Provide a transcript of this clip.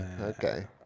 Okay